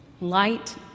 Light